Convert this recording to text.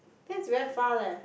that's very far leh